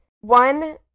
one